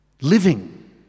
living